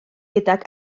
gydag